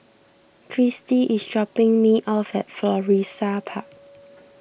Kristie is dropping me off at Florissa Park